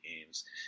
games